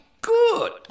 Good